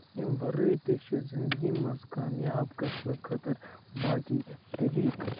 اَمہِ وَرٲے تہِ چھُ زِندگی منٛز کامیاب گژھنہٕ خٲطرٕ باقٕے طٔریٖقہٕ